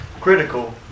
critical